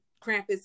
Krampus